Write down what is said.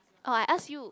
orh I ask you